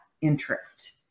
interest